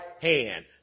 hand